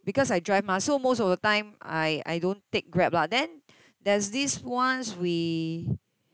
because I drive mah so most of the time I I don't take Grab lah then there's this once we